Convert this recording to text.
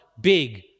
big